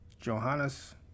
Johannes